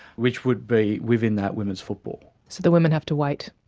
which would be within that women's football. so the women have to wait?